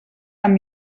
amb